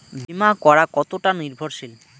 বীমা করা কতোটা নির্ভরশীল?